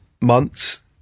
months